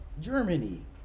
Germany